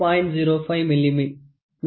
05 mm ஆகும்